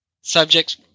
subjects